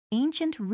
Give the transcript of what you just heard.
ancient